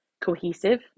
cohesive